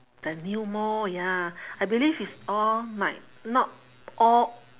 the new mall ya I believe it's all like not all